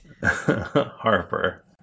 Harper